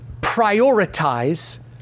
prioritize